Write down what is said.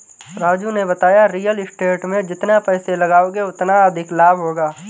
राजू ने बताया real estate में जितना पैसे लगाओगे उतना अधिक लाभ होगा